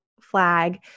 flag